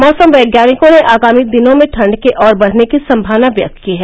मौसम वैज्ञानिकों ने आगामी दिनों में ठंड के और बढ़ने की संमावना व्यक्त की है